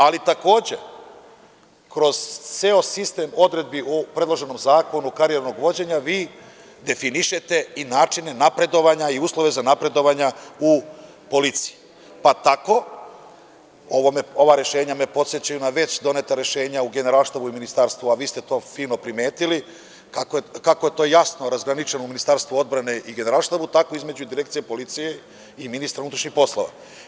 Ali, takođe, kroz ceo sistem odredbi u predloženom zakonu karijernog vođenja, vi definišete i načine napredovanja i uslove za napredovanje u policiji, pa tako ova rešenja me podsećaju na već doneta rešenja u Generalštabu i ministarstvu, a vi ste to fino primetili, kako je to jasno razgraničeno u Ministarstvu odbrane i Generalštabu, tako i između Direkcije policije i ministra unutrašnjih poslova.